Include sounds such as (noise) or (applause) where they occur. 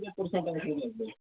(unintelligible)